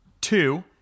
Two